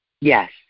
Yes